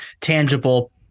tangible